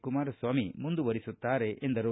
ಕುಮಾರಸ್ವಾಮಿ ಮುಂದುವರಿಸುತ್ತಾರೆ ಎಂದರು